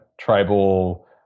tribal